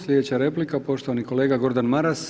Slijedeća replika, poštovani kolega Gordan Maras.